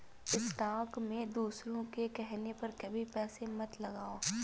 stock में दूसरों के कहने पर कभी पैसे मत लगाओ